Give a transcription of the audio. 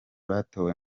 batowe